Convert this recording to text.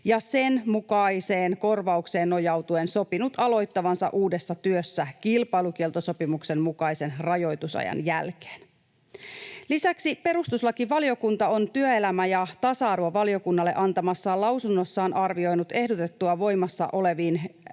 ja sen mukaiseen korvaukseen nojautuen sopinut aloittavansa uudessa työssä kilpailukieltosopimuksen mukaisen rajoitusajan jälkeen. Lisäksi perustuslakivaliokunta on työelämä‑ ja tasa-arvovaliokunnalle antamassaan lausunnossa arvioinut ehdotettua voimassa oleviin